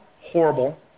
Horrible